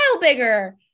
bigger